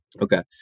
Okay